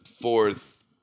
fourth